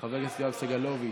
יואב סגלוביץ',